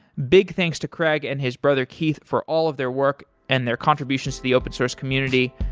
big thanks to craig and his brother keith for all of their work and their contributions to the open source community.